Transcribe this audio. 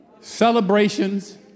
Celebrations